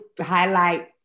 highlight